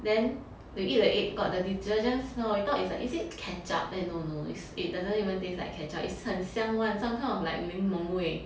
then we eat the egg got the detergent smell we thought it's like is it ketchup then no no it's eh doesn't even taste like ketchup it's just 很香 [one] some kind of 柠檬味